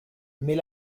mais